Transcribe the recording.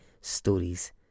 Stories